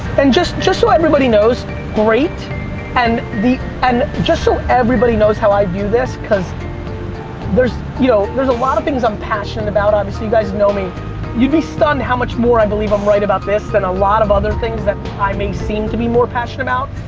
and just just so everybody knows great and and just so everybody knows how i view this cause there's you know there's a lot of things that i'm passionate about. obviously you guys know me you'd be stunned how much more i believe i'm right about this than a lot of other things that i may seem to be more passionate about.